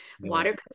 water